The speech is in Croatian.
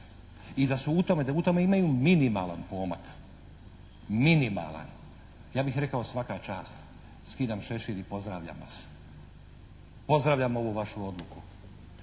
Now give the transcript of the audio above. I da su u tome, da u tome imaju minimalan pomak, minimalan ja bih vam rekao svaka vam čast, skidam šešira i pozdravljam vas, pozdravljam ovu vašu odluku.